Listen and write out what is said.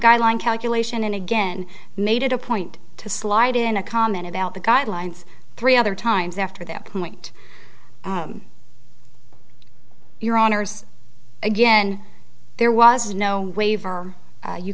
guideline calculation and again made it a point to slide in a comment about the guidelines three other times after that point your honors again there was no waiver you